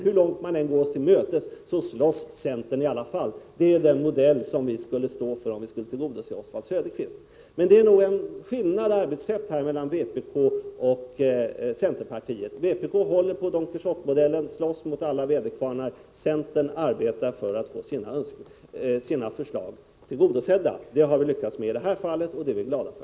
Hur långt man än går oss till mötes slåss centern i alla fall — det är den modell som vi skulle stå för om vi skulle tillgodose Oswald Söderqvist. Men det finns nog här en skillnad i arbetssätt mellan vpk och centerpartiet. Vpk håller på Don Quijote-modellen — slåss mot alla väderkvarnar. Centern arbetar för att få sina förslag tillgodosedda. Det har vi lyckats med i det här fallet, och det är vi glada för.